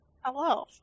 Hello